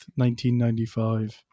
1995